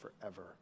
forever